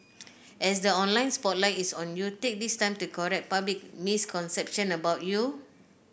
as the online spotlight is on you take this time to correct public misconception about you